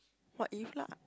what if lah